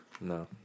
No